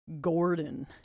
Gordon